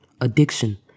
addiction